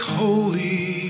holy